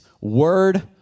Word